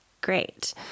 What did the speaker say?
Great